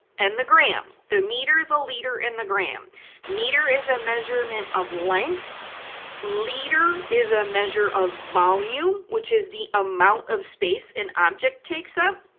and the gram the meter the liter and the gram meter is a measurement of length liter is a measure of volume, which is the amount of space an object takes up